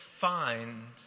find